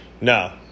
No